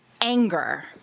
anger